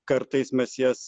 kartais mes jas